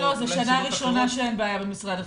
לא, זו שנה ראשונה שאין בעיה במשרד החינוך.